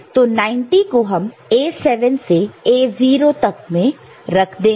तो 90 को हम A7 से A0 तक में डाल देंगे